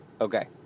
okay